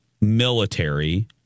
military